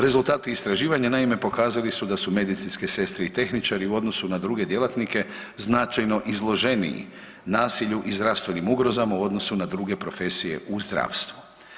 Rezultati istraživanja naime pokazali su da su medicinske sestre i tehničari u odnosu na druge djelatnike značajno izloženiji nasilju i zdravstvenim ugrozama u odnosu na druge profesije u zdravstvu.